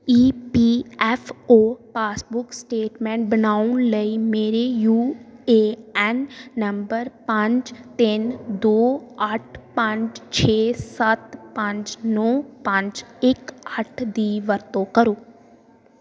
ਈ P F O passbook statement ਬਣਾਉਣ ਲਈ ਮੇਰੇ ਯੂ ਏ ਐੱਨ ਨੰਬਰ ਪੰਜ ਤਿੰਨ ਦੋ ਅੱਠ ਪੰਜ ਛੇ ਸੱਤ ਪੰਜ ਨੌਂ ਪੰਜ ਇੱਕ ਅੱਠ ਦੀ ਵਰਤੋਂ ਕਰੋ